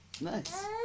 Nice